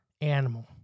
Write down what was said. animal